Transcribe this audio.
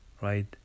right